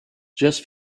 just